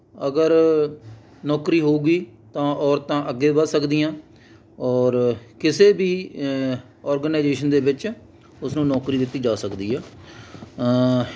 ਅਗਰ ਨੌਕਰੀ ਹੋਊਗੀ ਤਾਂ ਔਰਤਾਂ ਅੱਗੇ ਵਧ ਸਕਦੀਆਂ ਔਰ ਕਿਸੇ ਵੀ ਔਰਗੇਨਾਈਜੇਸ਼ਨ ਦੇ ਵਿੱਚ ਉਸ ਨੂੰ ਨੌਕਰੀ ਦਿੱਤੀ ਜਾ ਸਕਦੀ ਆ